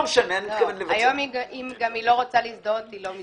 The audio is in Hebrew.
היום גם אם היא לא רוצה להזדהות היא לא מזדהה.